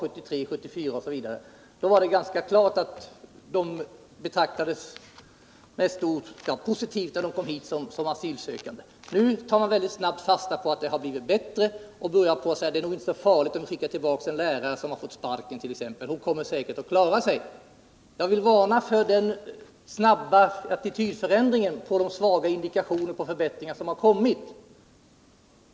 1973 och 1974, var det ganska klart att man hade en positiv syn på dem som sökte asyl här i landet. Nu tar man mycket snabbt fasta på att det har blivit bättre och säger t.ex. att det nog inte är så farligt, om en lärare som fått sparken skickas tillbaka, hon kommer säkert att klara sig. Jag vill varna för den snara attitydförändringen efter de svaga indikationer på förbättring som visat sig.